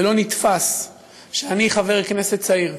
ולא נתפס שאני, חבר כנסת צעיר,